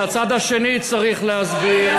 ומהצד השני צריך להסביר,